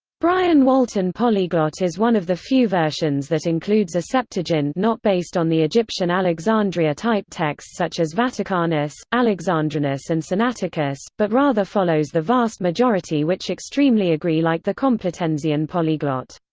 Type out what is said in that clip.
brian walton polyglot is one of the few versions that includes a septuagint not based on the egyptian alexandria type text such as vaticanus, alexandrinus and sinaiticus, but rather follows the vast majority which extremely agree like the complutensian polyglot.